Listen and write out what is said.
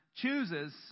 chooses